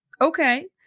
Okay